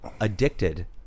addicted